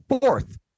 Fourth